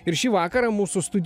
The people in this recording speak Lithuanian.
ir šį vakarą mūsų studijoj